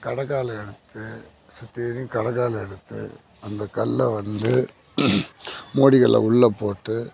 கடக்கால் எடுத்து சுத்தீரியும் கடக்கால் எடுத்து அந்த கல்லை வந்து மோடி கல்லை உள்ளேபோட்டு